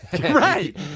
Right